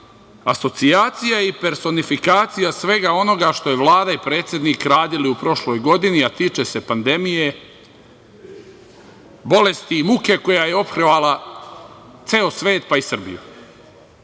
asocijacija i personifikacija svega onoga što su Vlada i predsednik radili u prošloj godini, a tiče se pandemije, bolesti i muke koja je ophrvala ceo svet, pa i